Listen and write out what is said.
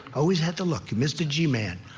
always had the look. mr. g-man.